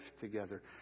together